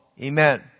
amen